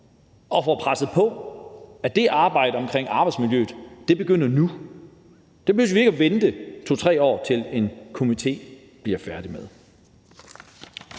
og får presset på for, at arbejdet omkring arbejdsmiljøet begynder nu. Det behøver vi ikke at vente 2-3 år på at en komité bliver færdig med.